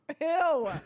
Ew